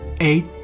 eight